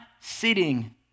sitting